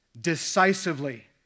decisively